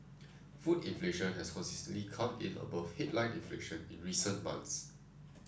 food inflation has consistently come in above headline inflation in recent months